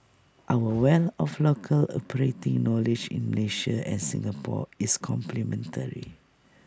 our wealth of local operating knowledge in Malaysia and Singapore is complementary